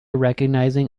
recognizing